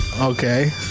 Okay